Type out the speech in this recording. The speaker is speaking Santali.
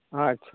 ᱟᱪᱪᱷᱟ